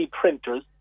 printers